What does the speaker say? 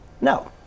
No